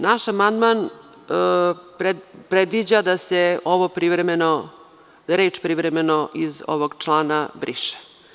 Naš amandman predviđa da se reč: „privremeno“ iz ovog člana briše.